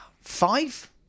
five